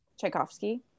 Tchaikovsky